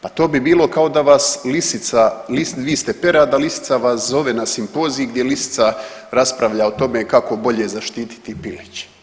Pa to bi bilo kao da vas lisica, vi ste perad, a lisica vas zove na simpozij gdje lisica raspravlja o tome kako bolje zaštiti piliće.